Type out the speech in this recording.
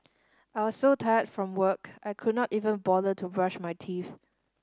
I was so tired from work I could not even bother to brush my teeth